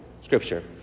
Scripture